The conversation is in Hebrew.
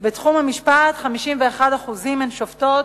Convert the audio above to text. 51% שופטות,